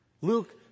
Luke